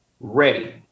ready